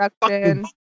production